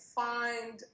find